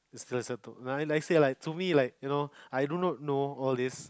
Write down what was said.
is closer to like like say like to me like you know I do not know all this